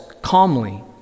calmly